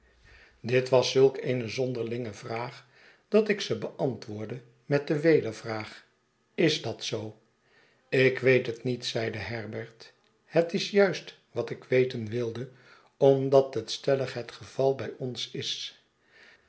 dit was zulk eene zonderlinge vraag dat ik ze beantwoordde met de wedervraag is dat zoo ik weet het niet zeide herbert het is juist wat ik weten wilde omdat het stellig het geval bij ons is